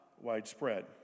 widespread